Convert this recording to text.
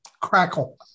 Crackle